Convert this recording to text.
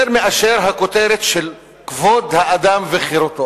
יותר מהכותרת "כבוד האדם וחירותו".